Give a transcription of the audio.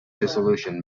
dissolution